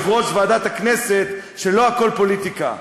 כיושב-ראש ועדת הכנסת שלא הכול פוליטיקה,